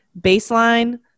baseline